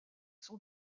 son